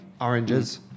oranges